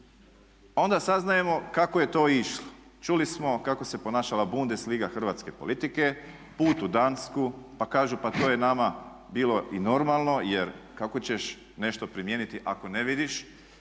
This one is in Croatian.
Onda saznajemo kako je to išlo. Čuli smo kako se ponašala Bundesliga hrvatske politike, put u Dansku pa kažu pa to je nama bilo i normalno jer kako ćeš nešto primijeniti ako ne vidiš